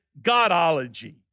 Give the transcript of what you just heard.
Godology